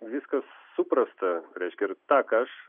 viskas suprasta reiškia ir tą ką aš